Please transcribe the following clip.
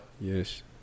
Yes